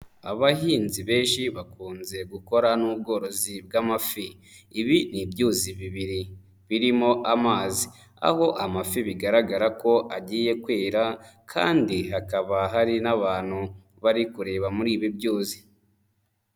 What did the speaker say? Abahinzi benshi bakunze gukora n'ubworozi bw'amafi. Ibi ni ibyuzi bibiri birimo amazi, aho amafi bigaragara ko agiye kwera kandi hakaba hari n'abantu bari kureba muri ibi byuzi.